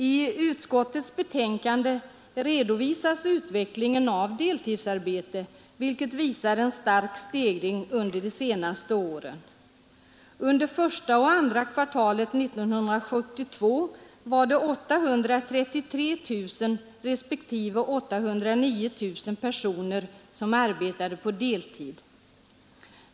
I utskottets betänkande redovisas utvecklingen av deltidsarbetet och dess starka stegring under de senaste åren. Under första och andra kvartalen 1972 var det 833 000 respektive 809 000 personer som arbetade på deltid.